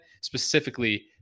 specifically